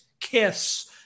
kiss